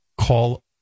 call